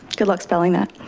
good luck spelling that.